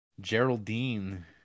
Geraldine